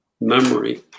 memory